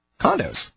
condos